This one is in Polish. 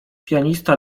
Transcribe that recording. pianista